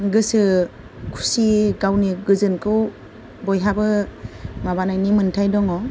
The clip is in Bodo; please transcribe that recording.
गोसो खुसि गावनि गोजोनखौ बयहाबो माबानायनि मोनथाय दङ